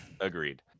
agreed